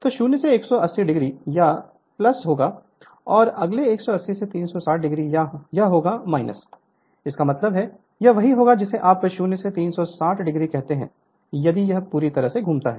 तो 0 से 180o यह होगा और अगले 180 से 360 यह होगा इसका मतलब है यह वही होगा जिसे आप 0 से 3600 कहते हैं यदि यह पूरी तरह से घूमता है